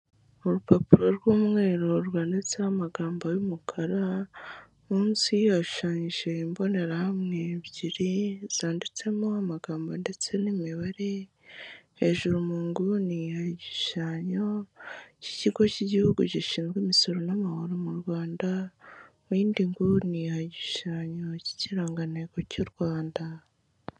Urupapuro rw'umweru rwanditseho amagambo y'umukara munsi hashushanyije imbonerahamwe ebyiri zanditsemo amagambo ndetse n'imibare hejuru mu nguni hari igishushanyo cy'ikigo cy igihugu gishinzwe imisoro n'amahoro mu rwanda mu yindi nguni hari igishushanyo cy' ikirangantego cy'u rwanda.